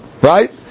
right